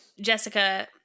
Jessica